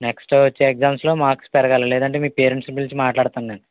next వచ్చే ఎగ్జామ్స్లో marks పెరగాలి లేదంటే మీ పేరెంట్స్ని పిలిచి మాట్లాడతాను నేను